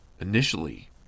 initially